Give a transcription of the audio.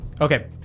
Okay